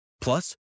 Plus